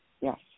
Yes